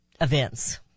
events